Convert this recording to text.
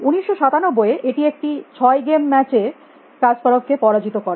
1997 এ এটি একটি 6 গেম ম্যাচ এ কাসপারভ কে পরাজিত করে